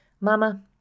Mama